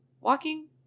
walking